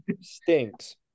Stinks